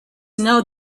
know